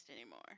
anymore